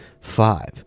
Five